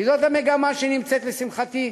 כי זאת המגמה שנמצאת, לשמחתי,